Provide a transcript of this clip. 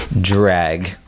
Drag